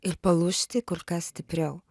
ir palūžti kur kas stipriau